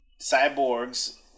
Cyborgs